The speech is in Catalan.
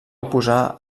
oposar